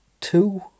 two